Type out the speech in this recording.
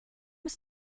ist